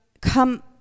come